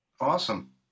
Awesome